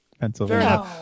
Pennsylvania